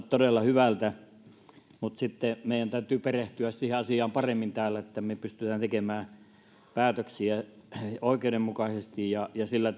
todella hyvältä mutta meidän täytyy perehtyä siihen asiaan paremmin täällä että me pystymme tekemään päätöksiä oikeudenmukaisesti ja ja sillä